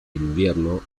invierno